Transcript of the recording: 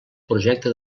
projecte